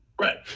Right